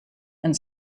and